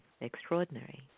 extraordinary